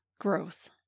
Gross